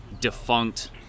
defunct